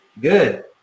Good